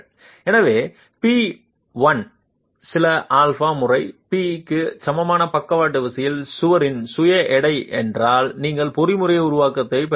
எனவே P1 சில α முறை P க்கு சமமான பக்கவாட்டு விசையில் சுவரின் சுய எடை என்றால் நீங்கள் பொறிமுறை உருவாக்கத்தைப் பெறுகிறீர்கள்